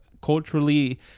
culturally